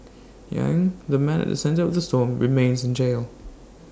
yang the man at the centre of the storm remains in jail